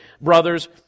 Brothers